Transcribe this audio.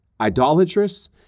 idolatrous